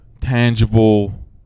tangible